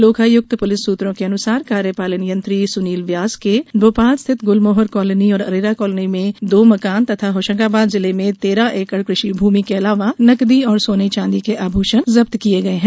Lokayukta police सूत्रों के अनुसार कार्यपालन यंत्री सुनील व्यास के भोपाल स्थित गुलमोहर कॉलोनी और अरेरा कॉलोनी में दो मकान तथा होशंगाबाद जिले में तेरह एकड़ कृषि भूमि के अलावा नगदी और सोने चॉदी के आभूषण जब्त किए गए हैं